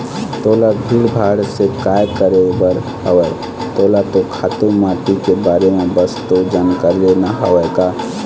तोला भीड़ भाड़ से काय करे बर हवय तोला तो खातू माटी के बारे म बस तो जानकारी लेना हवय का